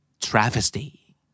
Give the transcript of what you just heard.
travesty